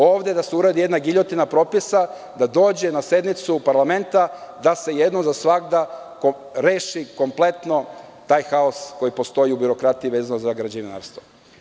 Ovde da se uradi jedna giljotina propisa, da dođe na sednicu parlamenta, i da se jednom za svagda reši kompletno taj haos koji postoji u birokratiji vezano za građevinarstvo.